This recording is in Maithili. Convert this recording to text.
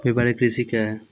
व्यापारिक कृषि क्या हैं?